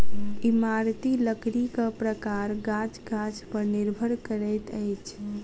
इमारती लकड़ीक प्रकार गाछ गाछ पर निर्भर करैत अछि